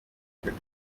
hagati